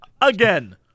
again